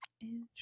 Interesting